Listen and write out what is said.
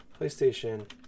PlayStation